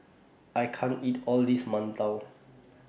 I can't eat All This mantou